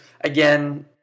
again –